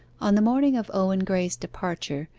on the morning of owen graye's departure,